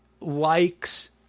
likes